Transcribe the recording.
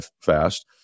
fast